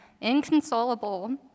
inconsolable